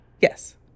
Yes